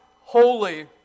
holy